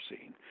seen